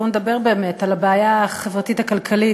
בואו נדבר באמת על הבעיה החברתית הכלכלית